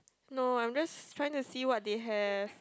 no I'm just trying to see what they have